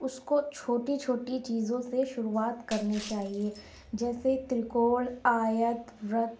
اس کو چھوٹی چھوٹی چیزوں سے شروعات کرنی چاہیے جیسے ترکوڑ آیت ورک